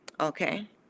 okay